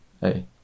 Hey